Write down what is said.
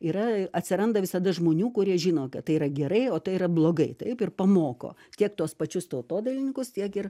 yra atsiranda visada žmonių kurie žino kad tai yra gerai o tai yra blogai taip ir pamoko tiek tuos pačius tautodailininkus tiek ir